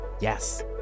Yes